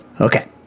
Okay